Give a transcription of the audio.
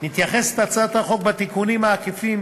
מתייחסת הצעת החוק בתיקונים העקיפים